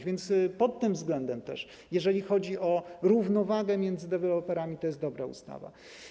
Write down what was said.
A więc pod tym względem też, jeżeli chodzi o równowagę między deweloperami, to jest dobra ustawa.